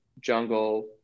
jungle